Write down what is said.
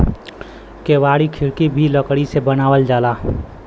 केवाड़ी खिड़की भी लकड़ी से बनावल जाला